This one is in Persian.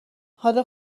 حالا